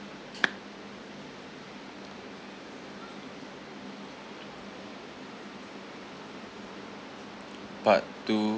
part two